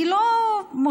אני לא מושכת,